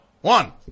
One